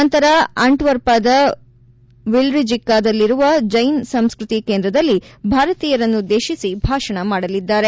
ನಂತರ ಆಂಟ್ವಾರ್ಪದ ವಿಲ್ರಿಜಿಕ್ಕಾದಲ್ಲಿರುವ ಜೈನ್ ಸಂಸ್ಕೃತಿ ಕೇಂದ್ರದಲ್ಲಿ ಭಾರತೀಯರನ್ನುದ್ದೇಶಿ ಭಾಷಣ ಮಾಡಲಿದ್ದಾರೆ